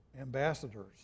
ambassadors